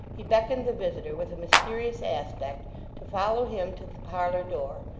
he beckoned the visitor with a mysterious aspect to follow him to the parlour-door,